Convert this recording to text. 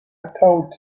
told